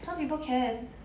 some people can